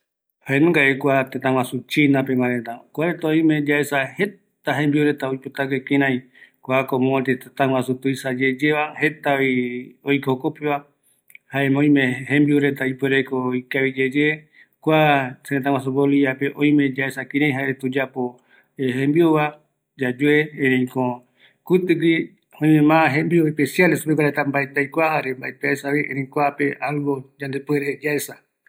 Kua tëtäguaju jaenungavi, tuisayeye, jare jetavi oiko jokopeva, jukuraivi jaereta oïme jeta tembiu oipotague pegua, jare yaesavi jaereta oipotague jae reta oyapo tembiura, ikavira mbaetɨ yaikua